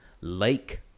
Lake